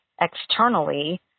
externally